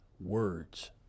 words